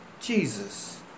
Jesus